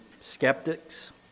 skeptics